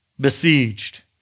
besieged